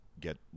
get